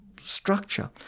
structure